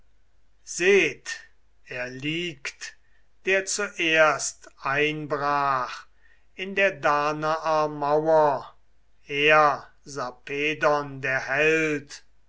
seht er liegt der zuerst einbrach in der danaer mauer er sarpedon der held